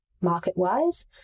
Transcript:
market-wise